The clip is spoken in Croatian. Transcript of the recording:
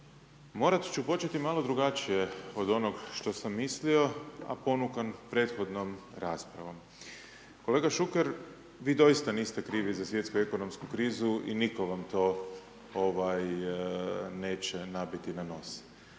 Morat ću početi malo drugačije od onog što sam mislio a ponukan prethodnom raspravom. Kolega Šuker, vi doista niste krivi za svjetsku ekonomsku krizu i nitko vam to neće nabiti na nos.